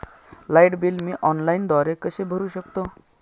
Light bill मी ऑनलाईनद्वारे कसे भरु शकतो?